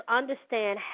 understand